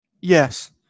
yes